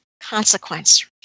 consequence